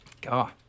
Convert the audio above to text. God